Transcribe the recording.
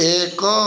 ଏକ